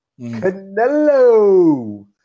Canelo